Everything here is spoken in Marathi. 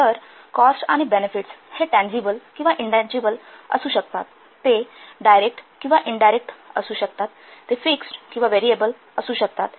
तर कॉस्ट आणि बेनेफिट्स हे टँजिबल किंवा इनटँजिबल असू शकतात ते डायरेक्ट किंवा इनडायरेक्ट असू शकतात ते फिक्स्ड किंवा व्हेरिएबल असू शकतात